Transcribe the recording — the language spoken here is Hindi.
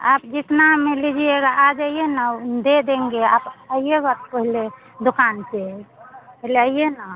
आप जितना में लीजिएगा आ जाइए ना दे देंगे आप आइएगा तो पहले दुकान पर पहले आइए ना